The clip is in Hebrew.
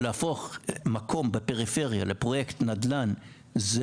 להפוך מקום בפריפריה לפרויקט נדל"ן זה